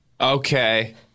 Okay